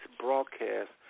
broadcast